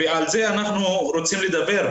על זה אנחנו רוצים לדבר,